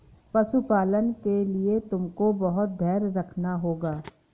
पशुपालन के लिए तुमको बहुत धैर्य रखना होगा